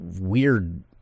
weird